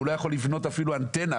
והוא לא יכול לבנות אפילו אנטנה,